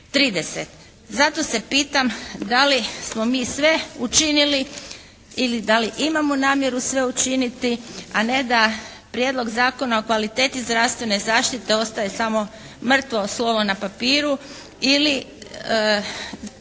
30. Zato se pitam da li smo mi sve učinili ili da li imamo namjeru sve učiniti, a ne da Prijedlog zakona o kvaliteti zdravstvene zaštite ostaje samo mrtvo slovo na papiru ili